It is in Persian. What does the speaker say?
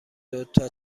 دوتا